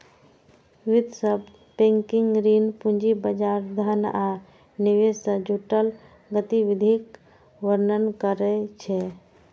वित्त शब्द बैंकिंग, ऋण, पूंजी बाजार, धन आ निवेश सं जुड़ल गतिविधिक वर्णन करै छै